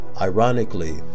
Ironically